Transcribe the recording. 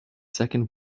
second